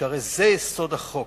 שהרי זה יסוד החוק,